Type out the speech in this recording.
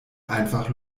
einfach